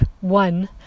one